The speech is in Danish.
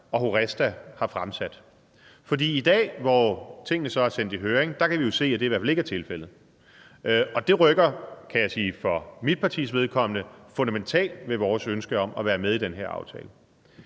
og HORESTA har fremsat. For i dag, hvor tingene så er sendt i høring, kan vi jo se, at det i hvert fald ikke er tilfældet, og det rykker, kan jeg sige for mit partis vedkommende, fundamentalt ved vores ønske om at være med i denne aftale.